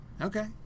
Okay